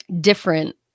different